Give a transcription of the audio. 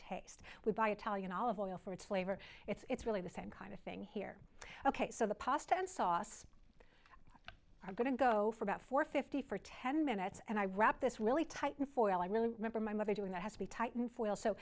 taste we buy italian olive oil for its flavor it's really the same kind of thing here ok so the pasta and sauce are going to go for about four fifty for ten minutes and i wrap this really tight and for all i really remember my mother doing that has to be tightened foil so